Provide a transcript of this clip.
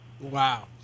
Wow